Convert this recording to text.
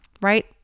right